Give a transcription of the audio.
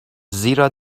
زیرا